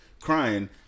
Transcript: crying